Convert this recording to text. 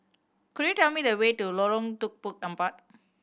could you tell me the way to Lorong Tukang Empat